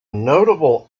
notable